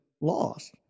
lost